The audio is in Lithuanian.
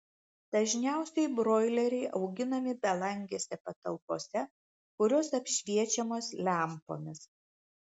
dažniausiai broileriai auginami belangėse patalpose kurios apšviečiamos lempomis